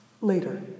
later